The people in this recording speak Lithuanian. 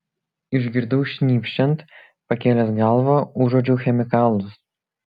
išgirdau šnypščiant pakėlęs galvą užuodžiau chemikalus